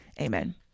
Amen